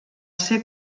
ser